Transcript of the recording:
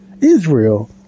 Israel